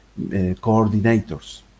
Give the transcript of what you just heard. coordinators